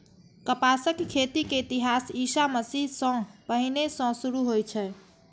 कपासक खेती के इतिहास ईशा मसीह सं पहिने सं शुरू होइ छै